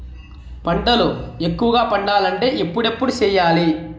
పంటల ఎక్కువగా పండాలంటే ఎప్పుడెప్పుడు సేయాలి?